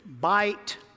Bite